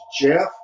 Jeff